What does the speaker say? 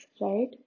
right